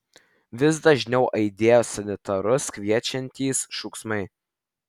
vis dažniau aidėjo sanitarus kviečiantys šūksmai